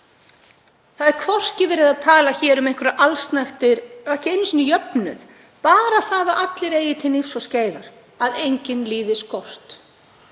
Það er ekki verið að tala um allsnægtir og ekki einu sinni jöfnuð. Bara það að allir eigi til hnífs og skeiðar, að enginn líði skort.